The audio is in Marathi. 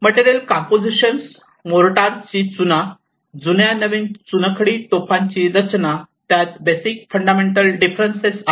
मटेरियल कॉम्पोसिशन मोर्टारची चुना जुन्या नवीन चुनखडी तोफांची रचना त्यात बेसिक फंडामेंटल डिफरेन्स आहे